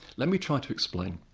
let me try to explain.